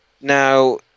Now